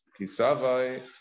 Kisavai